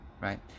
Right